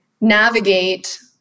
navigate